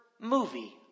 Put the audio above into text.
movie